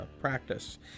practice